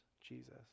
Jesus